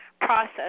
process